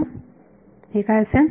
तर हे काय असेल